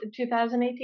2018